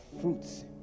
fruits